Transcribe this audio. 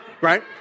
Right